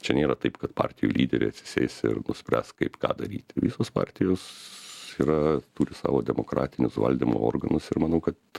čia nėra taip kad partijų lyderiai atsisės ir nuspręs kaip ką daryti visos partijos yra turi savo demokratinius valdymo organus ir manau kad